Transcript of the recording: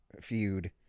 feud